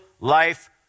life